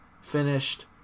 finished